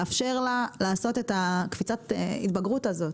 לאפשר לה לעשות את קפיצת ההתגברות הזאת.